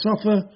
suffer